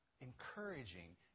encouraging